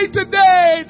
today